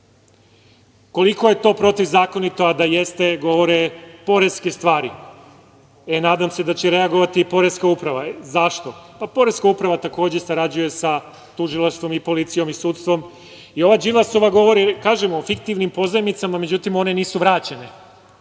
koliko je to protivzakonito? A, da jeste, govore poreske stvari. Nadam se da će reagovati i poreska uprava. Zašto? Poreska uprava, takođe sarađuje sa tužilaštvom i policijom i sudstvom. Kažemo, o fiktivnim pozajmicama, međutim one nisu vraćene.